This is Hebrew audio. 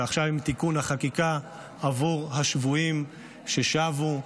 ועכשיו תיקון החקיקה עבור השבויים ששבו.